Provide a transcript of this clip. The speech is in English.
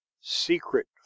secret